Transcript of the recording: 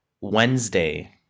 Wednesday